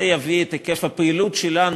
זה יביא את היקף הפעילות שלנו,